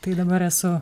tai dabar esu